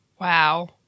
Wow